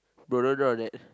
bro don't draw on that